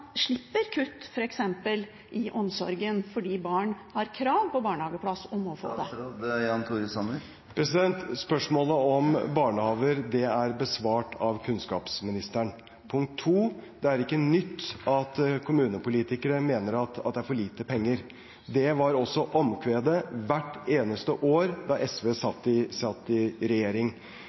slipper kutt, f.eks. i omsorgssektoren, fordi barn har krav på barnehageplass og må få det. Spørsmålet om barnehager er besvart av kunnskapsministeren. Punkt to: Det er ikke nytt at kommunepolitikere mener at det er for lite penger. Det var også omkvedet hvert eneste år da SV satt i regjering. Vi sørger for at kommunene har om lag den samme veksten i